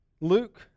Luke